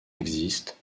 existent